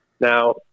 Now